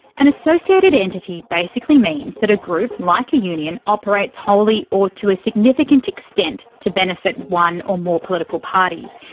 an associated entity basically means that a group, like a union, operates wholly or to a significant significant extent to benefit one or more political parties.